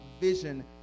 vision